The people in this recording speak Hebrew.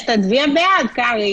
לתיקון התוספת, לאחר